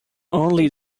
only